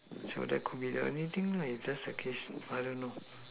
so that could be anything lah if that's the case I don't know